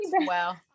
Wow